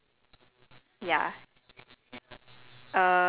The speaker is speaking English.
okay let's talk about shopping then like makeup and skincare trends